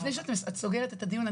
לפני שאת סוגרת את הדיון,